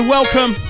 Welcome